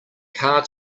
car